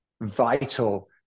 vital